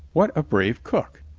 what a brave cook!